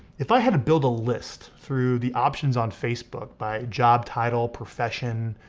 if i had to build a list through the options on facebook by job title, profession,